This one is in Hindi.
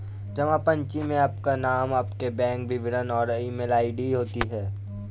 जमा पर्ची में आपका नाम, आपके बैंक विवरण और ईमेल आई.डी होती है